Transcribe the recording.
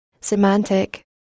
semantic